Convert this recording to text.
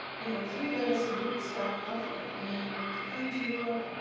you know three letters a week starting off with. and then he wanted to come to europe,